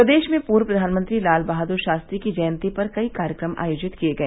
प्रदेश में पूर्व प्रधानमंत्री लाल बहाद्र शास्त्री की जयंती पर कई कार्यक्रम आयोजित किए गए